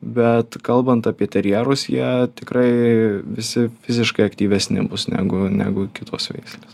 bet kalbant apie terjerus jie tikrai visi fiziškai aktyvesni bus negu negu kitos veislės